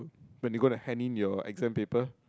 when you going to hand in your exam paper